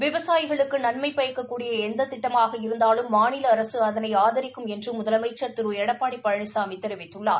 விவசாயிகளுக்கு நன்மை பயக்கக்கூடிய எந்த திட்டமாக இருந்தாலும் மாநில அரசு அதனை ஆதரிக்கும் என்று முதலமைச்ச் திரு எடப்பாடி பழனிசாமி தெரிவித்துள்ளார்